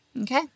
Okay